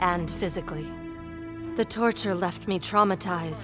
and physically the torture left me traumatized